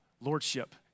lordship